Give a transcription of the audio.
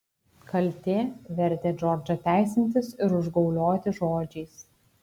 kaltė vertė džordžą teisintis ir užgaulioti žodžiais